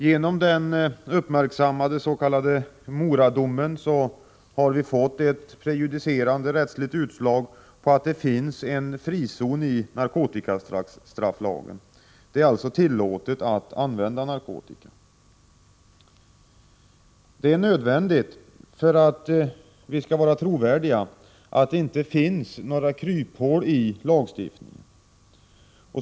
Genom den uppmärksammade s.k. Mora-domen har vi fått ett prejudicerande rättsligt utslag på att det finns en frizon i narkotikastrafflagen. Det är alltså tillåtet att använda narkotika. Det är nödvändigt, för att vi skall vara trovärdiga, att det inte finns några kryphål i lagstiftningen.